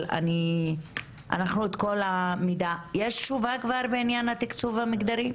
יש תשובה כבר בעניין התקצוב המגזרי?